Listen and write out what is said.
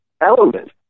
element